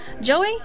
Joey